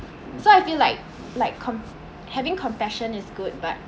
so I feel like like com~ having compassion is good but